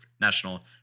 national